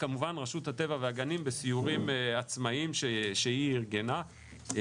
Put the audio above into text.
וכמובן רשות הטבע והגנים בסיורים עצמאיים שהיא ארגנה.